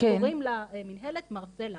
קוראים לה מינהלת מרסלה,